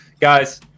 guys